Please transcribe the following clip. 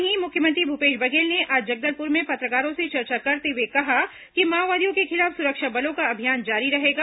वहीं मुख्यमंत्री भूपेश बघेल ने आज जगदलपुर में पत्रकारों से चर्चा करते हुए कहा कि माओवादियों के खिलाफ सुरक्षा बलों का अभियान जारी रहेगा